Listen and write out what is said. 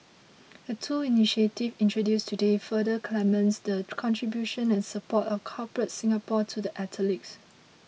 the two initiatives introduced today further cements the contribution and support of Corporate Singapore to the athletes